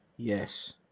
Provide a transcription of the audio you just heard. Yes